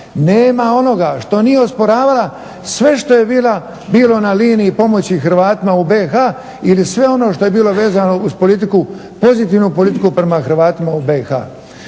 nema onoga što nije osporavala. Sve što je bilo na liniji pomoći Hrvatima u BiH ili sve ono što je bilo vezano uz politiku, pozitivnu politiku prema Hrvatima u BiH.